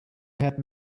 had